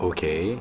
Okay